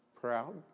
proud